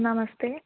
नमस्ते